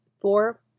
four